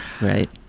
right